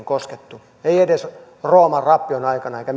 koskettu ei edes rooman rappion aikana eikä